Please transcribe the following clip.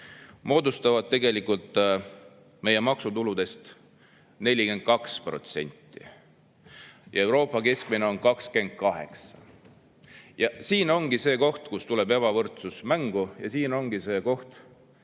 moodustavad meie maksutuludest 42% ja Euroopa keskmine on 28%. Siin ongi see koht, kus tuleb mängu ebavõrdsus, ja siin ongi see koht,